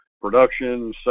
production